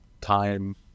time